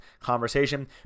conversation